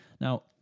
Now